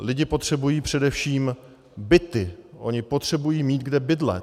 Lidé potřebují především byty, oni potřebují mít kde bydlet.